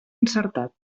encertat